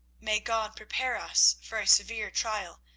may god prepare us for a severe trial,